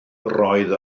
roedd